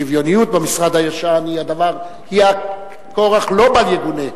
השוויוניות במשרד הישן זה כורח לא בל יגונה,